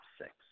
six